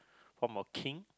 form of king